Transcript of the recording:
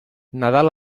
nadal